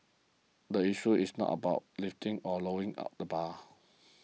the issue is not about lifting or lowering at the bar